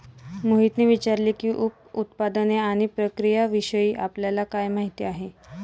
मोहितने विचारले की, उप उत्पादने आणि प्रक्रियाविषयी आपल्याला काय माहिती आहे?